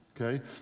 okay